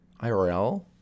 IRL